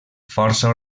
força